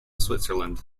switzerland